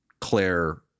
Claire